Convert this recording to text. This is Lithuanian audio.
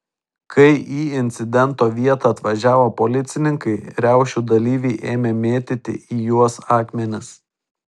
kai į incidento vietą atvažiavo policininkai riaušių dalyviai ėmė mėtyti į juos akmenis